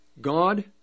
God